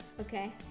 Okay